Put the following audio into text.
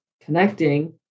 connecting